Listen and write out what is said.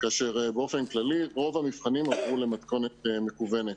כאשר באופן כללי רוב המבחנים עברו למתכונת מקוונת.